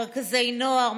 מרכזי נוער,